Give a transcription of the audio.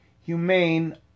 humane